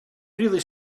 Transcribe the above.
really